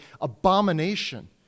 abomination